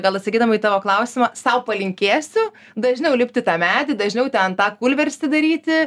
gal atsakydama į tavo klausimą sau palinkėsiu dažniau lipt į tą medį dažniau ten tą kūlverstį daryti